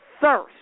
thirst